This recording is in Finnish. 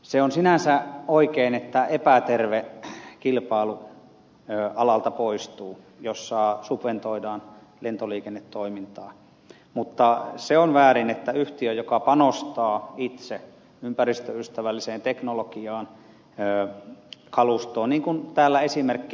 se on sinänsä oikein että epäterve kilpailu alalta poistuu jossa subventoidaan lentoliikennetoimintaa mutta se on väärin että kun yhtiö panostaa itse ympäristöystävälliseen teknologiaan kalustoon niin kuin täällä esimerkki ed